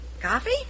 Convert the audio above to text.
Coffee